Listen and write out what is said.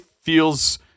feels